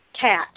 cat